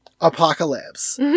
Apocalypse